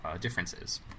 differences